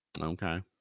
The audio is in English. Okay